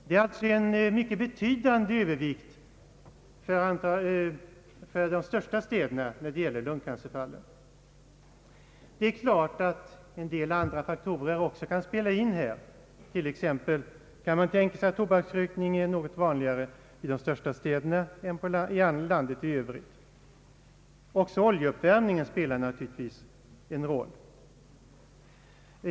Det är alltså en mycket betydande övervikt för de största städerna när det gäller lungcancerfallen. Visserligen kan väl här en del andra faktorer också spela in. Tobaksrökning är kanske något vanligare i de tre största städerna än i landet i övrigt, och även oljeuppvärmningen spelar naturligtvis en roll.